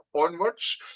onwards